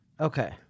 Okay